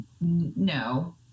no